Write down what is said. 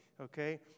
Okay